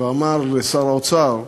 ואמר לשר האוצר,